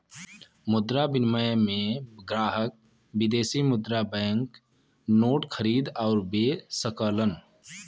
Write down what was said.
मुद्रा विनिमय में ग्राहक विदेशी मुद्रा बैंक नोट खरीद आउर बे सकलन